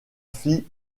fit